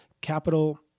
capital